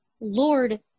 Lord